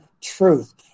truth